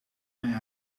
mijn